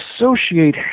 associate